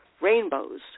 rainbows